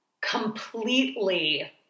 completely